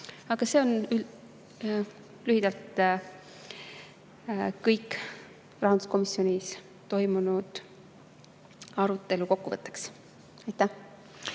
all. See on lühidalt kõik rahanduskomisjonis toimunud arutelu kokkuvõtteks. Aitäh!